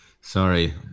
Sorry